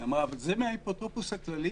אז היא אמרה: זה מהאפוטרופוס הכללי.